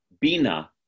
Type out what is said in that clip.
Bina